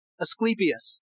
Asclepius